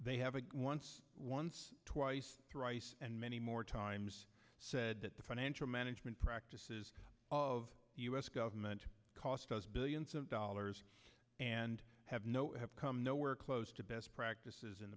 they have a once once twice thrice and many more times said that the financial management practices of the us government cost us billions of dollars and have no have come nowhere close to best practices in